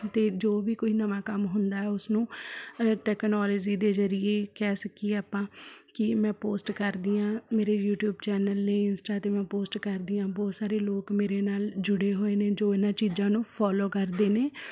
ਅਤੇ ਜੋ ਵੀ ਕੋਈ ਨਵਾਂ ਕੰਮ ਹੁੰਦਾ ਉਸਨੂੰ ਟੈਕਨੋਲਜੀ ਦੇ ਜਰੀਏ ਕਹਿ ਸਕੀਏ ਆਪਾਂ ਕਿ ਮੈਂ ਪੋਸਟ ਕਰਦੀ ਹਾਂ ਮੇਰੇ ਯੂਟਿਊਬ ਚੈਨਲ ਨੇ ਇੰਸਟਾ 'ਤੇ ਮੈਂ ਪੋਸਟ ਕਰਦੀ ਹਾਂ ਬਹੁਤ ਸਾਰੇ ਲੋਕ ਮੇਰੇ ਨਾਲ ਜੁੜੇ ਹੋਏ ਨੇ ਜੋ ਇਹਨਾਂ ਚੀਜ਼ਾਂ ਨੂੰ ਫੋਲੋ ਕਰਦੇ ਨੇ